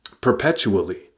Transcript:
perpetually